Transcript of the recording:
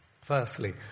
Firstly